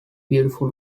beautiful